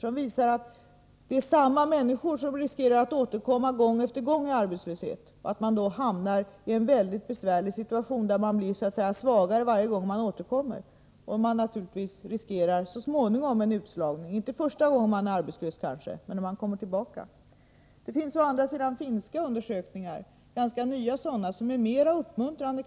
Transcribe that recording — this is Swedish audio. De visar att det är samma människor som riskerar att gång på gång återvända till arbetslöshet och att de då hamnar i en mycket besvärlig situation, där de blir svagare varje gång de blir arbetslösa. Så småningom riskerar man naturligtvis en utslagning — kanske inte första gången som arbetslös, men när man kommer tillbaka. Det finns å andra sidan ganska nya finska undersökningar som är mer uppmuntrande.